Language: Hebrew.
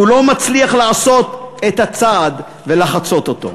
אך הוא לא מצליח לעשות את הצעד ולחצות אותו.